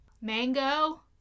mango